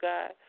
God